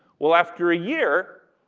well, after a year,